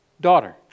daughter